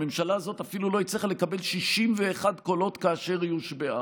הממשלה הזאת אפילו לא הצליחה לקבל 61 קולות כאשר היא הושבעה.